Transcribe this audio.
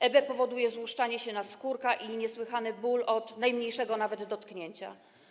EB powoduje złuszczanie się naskórka i niesłychany ból od najmniejszego nawet dotknięcia.